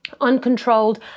uncontrolled